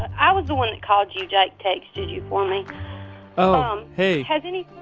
i was the one that called you. jake texted you for me oh, um hey has any